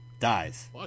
dies